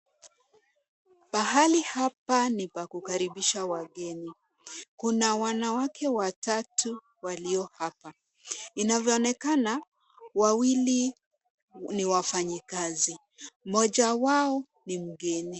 Pahali hapa ni pa kukaribisha wageni. Kuna wanawake watatu walio hapa. Inavyoonekana wawili ni wafanyakazi, moja wao ni mgeni.